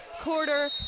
quarter